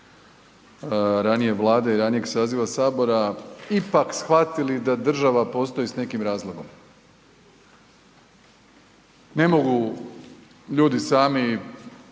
ranije Vlade i ranijeg saziva Sabora ipak shvatili da država postoji s nekim razlogom. Ne mogu ljudi sami